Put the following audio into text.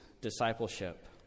discipleship